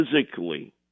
physically